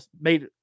made